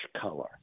color